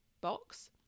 box